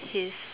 his